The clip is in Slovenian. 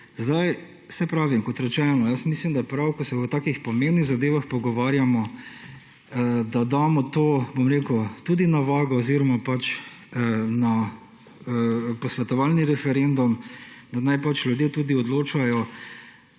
v tem zakonu. Kot rečeno, jaz mislim, da je prav, ko se o takih pomembnih zadevah pogovarjamo, da damo to, bom rekel, tudi na vago oziroma pač na posvetovalni referendum, da naj pač ljudje tudi odločajo